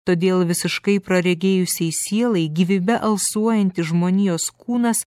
todėl visiškai praregėjusiai sielai gyvybe alsuojantį žmonijos kūnas